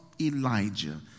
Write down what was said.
Elijah